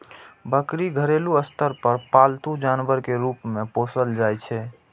बकरी घरेलू स्तर पर पालतू जानवर के रूप मे पोसल जाइ छै